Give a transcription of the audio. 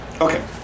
Okay